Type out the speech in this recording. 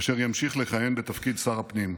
אשר ימשיך לכהן בתפקיד שר הפנים.